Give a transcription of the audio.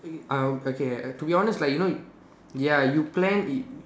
uh okay uh to be honest like you know ya you plan it